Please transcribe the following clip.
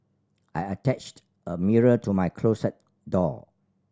I attached a mirror to my closet door